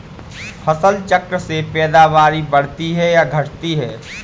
फसल चक्र से पैदावारी बढ़ती है या घटती है?